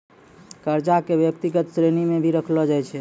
कर्जा क व्यक्तिगत श्रेणी म भी रखलो जाय छै